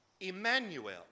Emmanuel